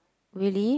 really